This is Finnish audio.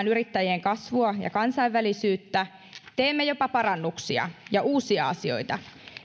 yrittäjien kasvua ja kansainvälisyyttä teemme jopa parannuksia ja uusia asioita